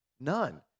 none